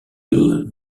hull